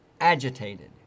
agitated